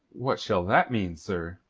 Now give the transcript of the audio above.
what shall that mean, sir?